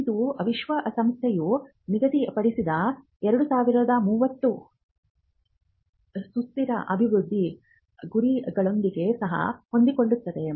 ಇದು ವಿಶ್ವಸಂಸ್ಥೆಯು ನಿಗದಿಪಡಿಸಿದ 2030 ರ ಸುಸ್ಥಿರ ಅಭಿವೃದ್ಧಿ ಗುರಿಗಳೊಂದಿಗೆ ಸಹ ಹೊಂದಿಕೊಳ್ಳುತ್ತದೆ